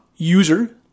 User